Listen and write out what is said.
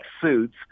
Suits